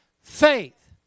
faith